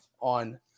on –